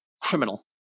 criminal